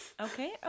okay